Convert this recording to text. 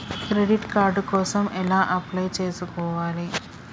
Credit card కోసం ఎలా apply చేసుకోవాలి?